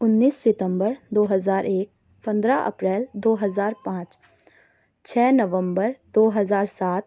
اُنیس ستمبر دو ہزار ایک پندرہ اپریل دو ہزار پانچ چھ نومبر دو ہزار سات